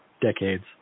decades